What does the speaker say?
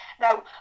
Now